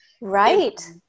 right